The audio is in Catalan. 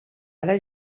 ara